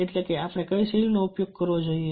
એટલે કે આપણે કઈ શૈલીનો ઉપયોગ કરવો જોઈએ